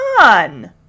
on